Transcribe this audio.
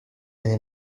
maine